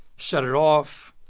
shut it off,